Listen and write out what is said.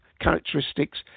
characteristics